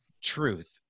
truth